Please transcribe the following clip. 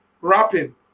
rapping